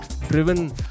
driven